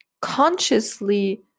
consciously